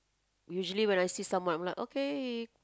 usually when I see someone I'm like okay